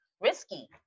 risky